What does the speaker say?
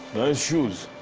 shoes.